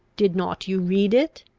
did not you read it?